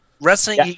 wrestling